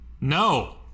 No